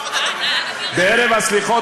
בערב הסליחות,